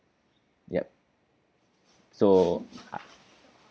yup so uh